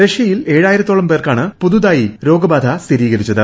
റഷ്യയിൽ ഏഴായിരത്തോളം പേർക്കാണ് പ്തുതായി രോഗബാധ സ്ഥിരീകരിച്ചത്